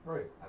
Right